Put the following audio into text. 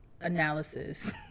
analysis